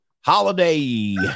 Holiday